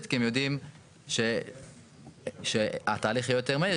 כי הם יודעים שהתהליך יהיה יותר מהיר,